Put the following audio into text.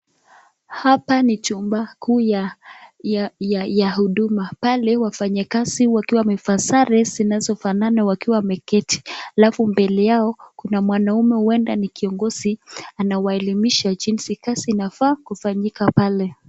Hapa ni chumba kuu ya huduma. Pale wafanyakazi wakiwa wamevaa sare zinazofanana wakiwa wameketi alafu mbele yao kuna mwanaume huenda ni kiongozi anawaelimisha jinsi kazi inafaa kufanyika pale.